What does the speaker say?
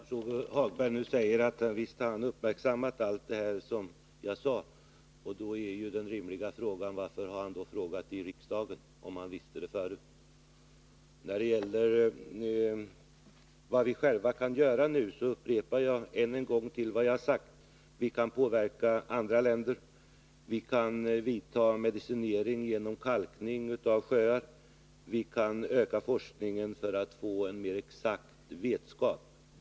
Herr talman! Jag är glad över att höra att Lars-Ove Hagberg nu säger att 17 november 1981 han har uppmärksammat allt vad jag sade. Men om han visste det förut, blir ju den rimliga frågan: Varför har han då frågat i riksdagen? När det gäller frågan om vad vi själva kan göra nu upprepar jag vad jag tidigare har sagt: Vi kan påverka andra länder, vi kan vidta en medicinering genom kalkning av sjöar, och vi kan öka forskningen för att få en mer exakt vetskap.